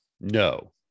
no